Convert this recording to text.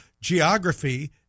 geography